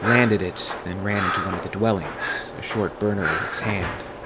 landed it, then ran and to one of the dwellings, a short burner in and its hand.